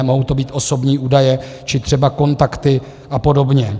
Mohou to být osobní údaje či třeba kontakty a podobně.